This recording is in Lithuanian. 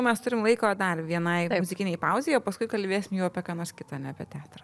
mes turim laiko dar vienai muzikinei pauzė paskui kalbėsim jau apie ką nors kitą ne apie teatrą